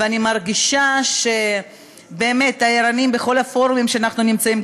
ואני מרגישה שבאמת תיירנים בכל הפורומים שאנחנו נמצאים,